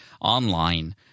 online